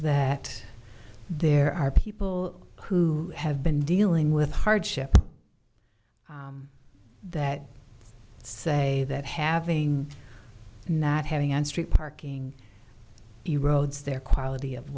that there are people who have been dealing with hardship that say that having not having on street parking erodes their quality of